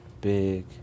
Big